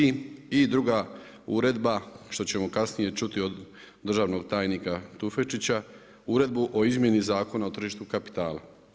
I druga uredba što ćemo kasnije čuti od državnog tajnika Tufekčića Uredbu o izmjeni Zakona o tržištu kapitala.